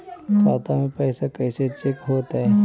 खाता में पैसा कैसे चेक हो तै?